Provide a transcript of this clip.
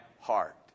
heart